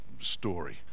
story